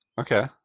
okay